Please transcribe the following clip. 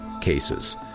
cases